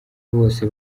bose